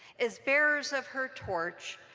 as bearers of her torch,